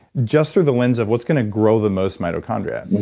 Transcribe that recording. just through the lens of what's going to grow the most mitochondria.